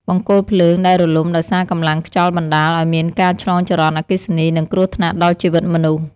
បង្គោលភ្លើងដែលរលំដោយសារកម្លាំងខ្យល់បណ្តាលឱ្យមានការឆ្លងចរន្តអគ្គិសនី និងគ្រោះថ្នាក់ដល់ជីវិតមនុស្ស។